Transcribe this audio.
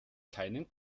keinen